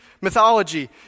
mythology